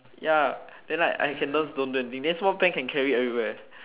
ya then like I can just don't do anything some more pen can carry everywhere